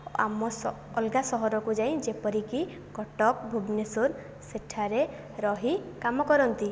ଆମ ଅଲଗା ସହରକୁ ଯାଇ ଯେପରିକି କଟକ ଭୁବନେଶ୍ୱର ସେଠାରେ ରହି କାମ କରନ୍ତି ଯେପରିକି ବିଦ୍ୟାଳୟରେ ପିଅନ ଭାବରେ କାମ କରନ୍ତି